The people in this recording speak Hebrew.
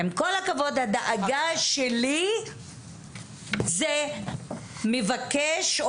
עם כל הכבוד, הדאגה שלי זה מבקש או